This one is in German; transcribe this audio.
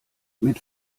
mit